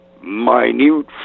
minute